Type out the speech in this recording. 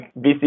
BC